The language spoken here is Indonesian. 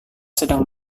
sedang